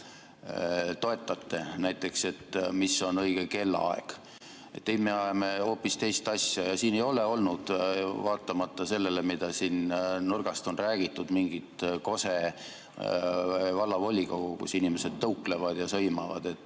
toetate, näiteks mis on õige kellaaeg. Ei, me ajame hoopis teist asja. Ja siin ei ole olnud, vaatamata sellele, mida siin nurgast on räägitud, mingit Kose Vallavolikogu, kus inimesed tõuklevad ja sõimavad. Me